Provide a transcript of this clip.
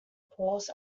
paws